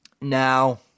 Now